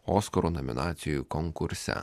oskarų nominacijų konkurse